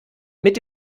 mit